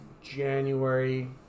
January